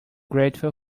grateful